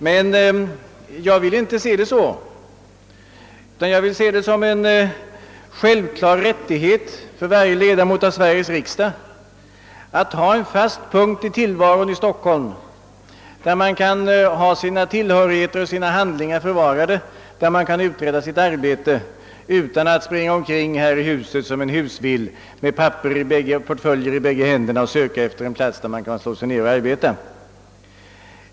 Men jag vill inte se det så, utan jag vill se det som en självklar rättighet för varje ledamot i Sveriges riksdag att ha en fast punkt i tillvaron i Stockholm, där man kan ha sina tillhörigheter och handlingar förvarade och där man kan uträtta sitt arbete och inte som nu vara tvungen att springa omkring husvill i korridorerna med papper och portföljer i båda händer och söka efter en plats, där man kan slå sig ned och arbeta.